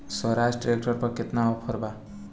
Swaraj tractor पर केतना offer बा?